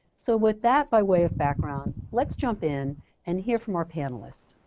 so, with that by way of background, let's jump in and hear from our panelists.